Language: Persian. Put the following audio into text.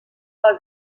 حال